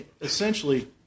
essentially